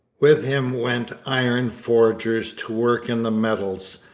with him went iron-forgers to work in the metals,